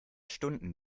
stunden